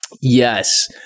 Yes